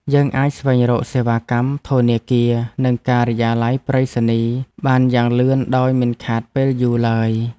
យើងអាចស្វែងរកសេវាកម្មធនាគារ និងការិយាល័យប្រៃសណីយ៍បានយ៉ាងលឿនដោយមិនខាតពេលយូរឡើយ។